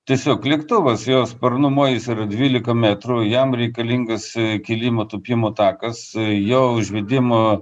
tiesiog lėktuvas jo sparnų mojus yra dvylika metrų jam reikalingas kilimo tūpimo takas jo užvedimo